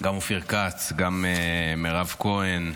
גם אופיר כץ, גם מירב כהן,